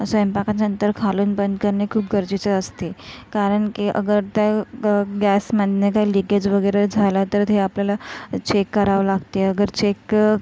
स्वयंपाकानंतर खालून बंद करणे खूप गरजेचे असते कारण की अगर त्या गॅसमधनं जर लीकेज वगैरे झाला तर ते आपल्याला चेक करावं लागते अगर चेक